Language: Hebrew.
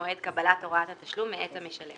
לפני מועד קבלת הוראת התשלום מאת המשלם,